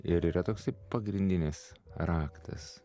ir yra toksai pagrindinis raktas